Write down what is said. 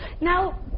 Now